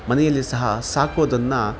ಮನೆಯಲ್ಲಿ ಸಹ ಸಾಕೋದನ್ನು